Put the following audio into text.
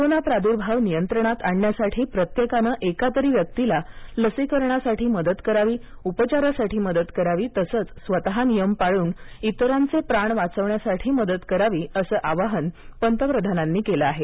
corona प्रादुर्भाव नियंत्रणात आणण्यासाठी प्रत्येकानं एका तरी व्यक्तीला लसीकरणासाठी मदत करावी उपचारासाठी मदत करावी तसंच स्वतः नियम पाळून इतरांचे प्राण वाचवण्यासाठी मदत करावी असं आवाहन पंतप्रधानांनी केलं आहे